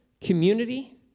Community